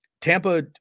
Tampa